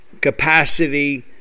capacity